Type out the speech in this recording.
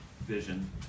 vision